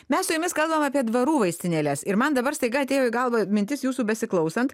mes su jumis kalbam apie dvarų vaistinėles ir man dabar staiga atėjo į galvą mintis jūsų besiklausant